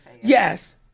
yes